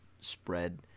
spread